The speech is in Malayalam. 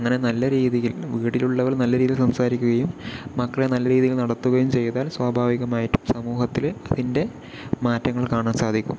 അങ്ങനെ നല്ല രീതിയിൽ വീട്ടിലുള്ളവർ നല്ല രീതിയിൽ സംസാരിക്കുകയും മക്കളെ നല്ല രീതിയിൽ നടത്തുകയും ചെയ്താൽ സ്വാഭാവികമായിട്ടും സമൂഹത്തില് അതിൻ്റെ മാറ്റങ്ങൾ കാണാൻ സാധിക്കും